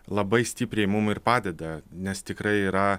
labai stipriai mum ir padeda nes tikrai yra